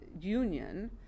union